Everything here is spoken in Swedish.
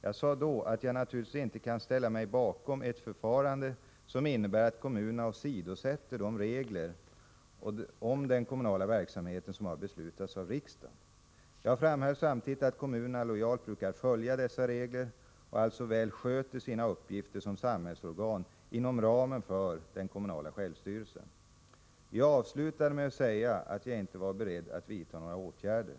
Jag sade då att jag naturligtvis inte kan ställa mig bakom ett förfarande som innebär att kommunerna åsidosätter de regler om den kommunala verksamheten som har beslutats av riksdagen. Jag framhöll samtidigt att kommunerna lojalt brukar följa dessa regler och alltså väl sköter sina uppgifter som samhällsorgan inom ramen för den kommunala självstyrelsen. Jag avslutade med att säga att jag inte var beredd att vidta några åtgärder.